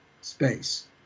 space